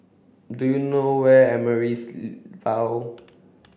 do you know where is Amaryllis Ville